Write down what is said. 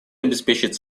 обеспечить